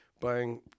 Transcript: buying